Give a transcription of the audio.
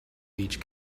beach